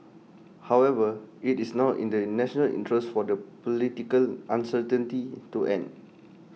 however IT is now in the national interest for the political uncertainty to end